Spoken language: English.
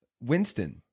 Winston